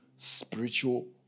spiritual